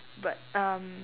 but um